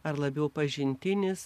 ar labiau pažintinis